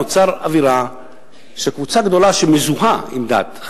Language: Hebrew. נוצרה אווירה שבה קבוצה גדולה שמזוהה עם דת,